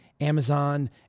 Amazon